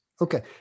okay